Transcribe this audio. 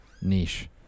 niche